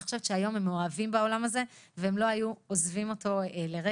אני חושבת שהיום הם מאוהבים בעולם הזה והם לא היו עוזבים אותו לרגע.